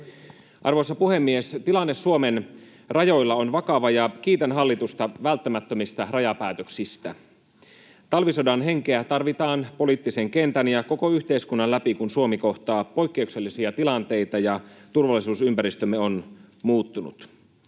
Arvoisa puhemies! Tilanne Suomen rajoilla on vakava, ja kiitän hallitusta välttämättömistä rajapäätöksistä. Talvisodan henkeä tarvitaan poliittisen kentän ja koko yhteiskunnan läpi, kun Suomi kohtaa poikkeuksellisia tilanteita ja turvallisuusympäristömme on muuttunut.